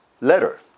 letter